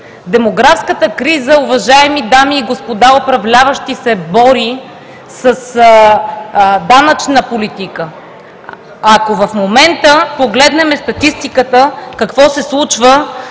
Демографската криза, уважаеми дами и господа управляващи, се бори с данъчна политика. Ако в момента погледнем статистиката, какво се случва?